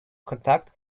contact